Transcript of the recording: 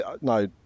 no